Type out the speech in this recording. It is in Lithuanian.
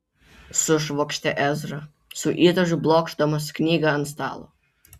sušvokštė ezra su įtūžiu blokšdamas knygą ant stalo